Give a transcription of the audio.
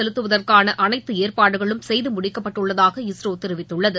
செலுத்துவற்கான அனைத்து ஏற்பாடுகளும் செய்து முடிக்கப்பட்டுள்ளதாக இஸ்ரோ தெரிவித்துள்ளது